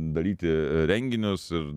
daryti renginius ir